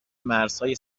مرزهای